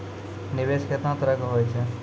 निवेश केतना तरह के होय छै?